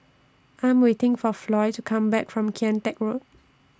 I Am waiting For Floy to Come Back from Kian Teck Road